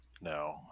no